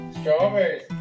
Strawberries